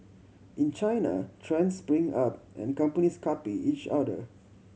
in China trends spring up and companies copy each other